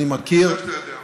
אני יודע שאתה יודע,